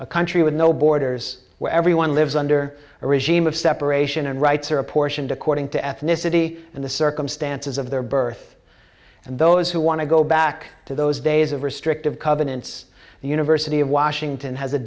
a country with no borders where everyone lives under a regime of separation and rights are apportioned according to ethnicity and the circumstances of their birth and those who want to go back to those days of restrictive covenants the university of washington has a